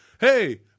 hey